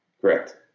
Correct